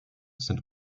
sind